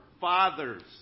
fathers